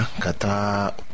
kata